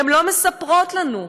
הן לא מספרות לנו.